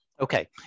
Okay